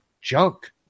junk